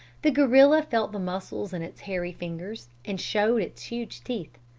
the gorilla felt the muscles in its hairy fingers, and showed its huge teeth.